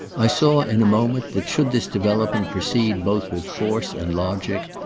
i saw in a moment that, should this development proceed both with force and logic,